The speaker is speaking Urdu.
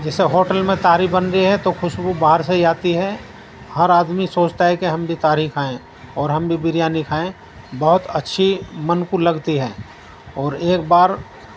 جیسے ہوٹل میں تاہری بن رہی ہے تو خوشبو باہر سے ہی آتی ہے ہر آدمی سوچتا ہے کہ ہم بھی تاہری کھائیں اور ہم بھی بریانی کھائیں بہت اچھی من کو لگتی ہے اور ایک بار